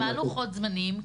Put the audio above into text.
מה לוחות זמנים?